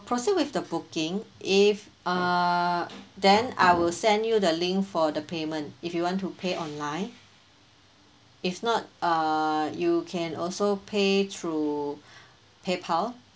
proceed with the booking if err then I will send you the link for the payment if you want to pay online if not err you can also pay through paypal